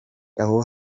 aho